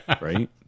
Right